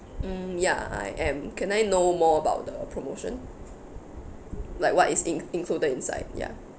mm ya I am can I know more about the promotion like what is in~ included inside ya